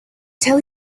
tell